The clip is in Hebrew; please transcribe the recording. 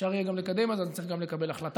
אפשר יהיה גם לקדם, אז אני צריך גם לקבל החלטה.